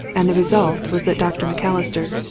and the result was that dr. macalister,